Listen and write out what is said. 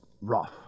rough